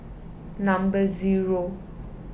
number zero